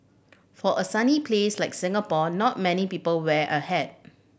for a sunny place like Singapore not many people wear a hat